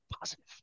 positive